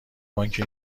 بانک